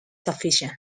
sufficient